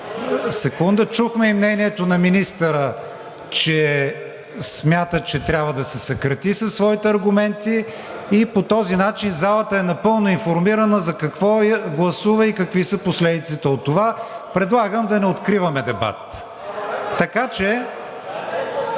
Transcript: съкращаван, чухме и мнението на министъра, че смята, че трябва да се съкрати със своите аргументи и по този начин залата е напълно информирана за какво гласува и какви са последиците от това. Предлагам да не откриваме дебат. МУСТАФА